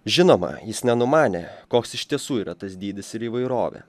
žinoma jis nenumanė koks iš tiesų yra tas dydis ir įvairovė